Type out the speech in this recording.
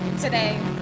today